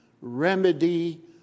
remedy